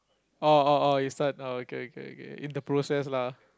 oh oh oh you start okay okay okay in the process lah